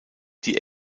die